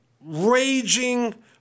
raging